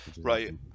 Right